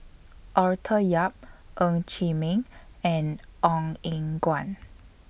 Arthur Yap Ng Chee Meng and Ong Eng Guan